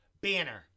banner